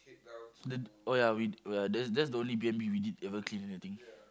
the oh ya we oh ya that's that's the only Air-B_N_B we did ever clean everything